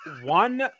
one